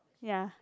ya